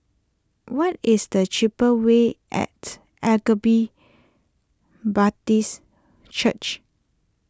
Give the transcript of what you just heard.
what is the cheaper way at Agape Baptist Church